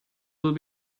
will